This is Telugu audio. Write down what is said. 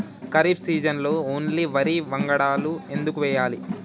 ఖరీఫ్ సీజన్లో ఓన్లీ వరి వంగడాలు ఎందుకు వేయాలి?